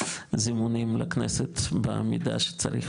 בזימונים לכנסת, במידה שצריך.